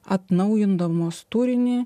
atnaujindamos turinį